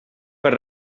per